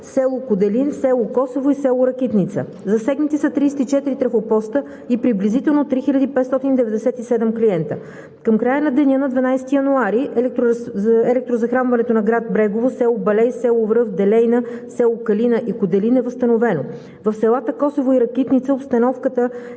село Куделин, село Косово и село Ракитница. Засегнати са 34 трафопоста и приблизително 3597 клиенти. Към края на деня на 12 януари електрозахранването на град Брегово, село Балей, село Връв, село Делейна, село Калина и Куделин е възстановено. В селата Косово и Ракитница обстановката е